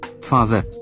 father